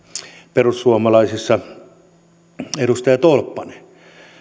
perussuomalaisissa ollut edustaja tolppanen